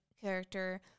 character